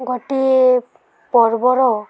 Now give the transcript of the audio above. ଗୋଟିଏ ପର୍ବର